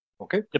Okay